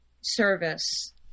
service